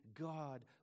God